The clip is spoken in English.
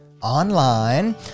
online